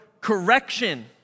correction